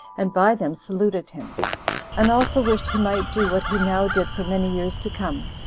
and by them saluted him and also wished he might do what he now did for many years to come,